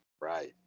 Right